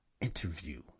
interview